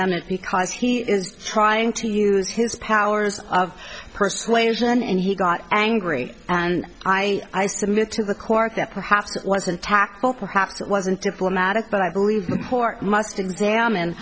because he is trying to use his powers of persuasion and he got angry and i i submit to the court that perhaps it wasn't tactful perhaps it wasn't diplomatic but i believe the court must examine